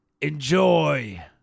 Enjoy